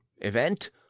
event